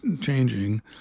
changing